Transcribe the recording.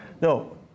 No